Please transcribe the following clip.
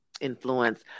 influence